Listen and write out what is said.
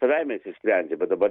savaime išsisprendžia bet dabar